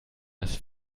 das